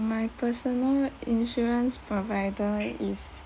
my personal insurance provider is